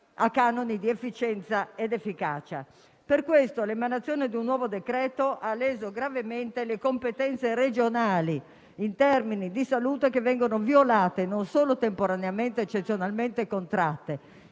a canoni di efficienza ed efficacia. Per questo motivo, l'emanazione di un nuovo decreto-legge ha leso gravemente le competenze regionali in termini di salute, le quali vengono violate non solo temporaneamente ed eccezionalmente contratte